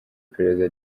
iperereza